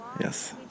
Yes